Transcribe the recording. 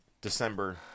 December